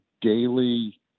daily